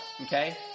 Okay